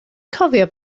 cofio